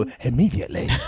immediately